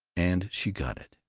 and she got it,